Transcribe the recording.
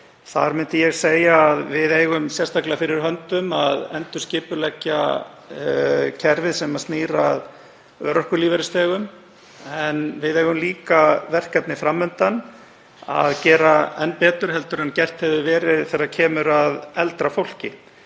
Þar myndi ég segja að við eigum sérstaklega fyrir höndum að endurskipuleggja kerfið sem snýr að örorkulífeyrisþegum, en við eigum líka verkefni fram undan að gera enn betur en gert hefur verið þegar kemur að eldra fólki.